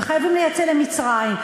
וחייבים לייצא למצרים.